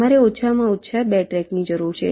તમારે ઓછામાં ઓછા 2 ટ્રેકની જરૂર છે